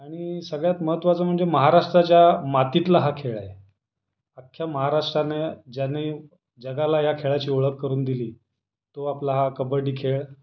आणि सगळ्यात महत्त्वाचं म्हणजे महाराष्ट्राच्या मातीतला हा खेळ आहे अख्ख्या महाराष्ट्रानं ज्यानी जगाला ह्या खेळाची ओळख करून दिली तो आपला हा कबड्डी खेळ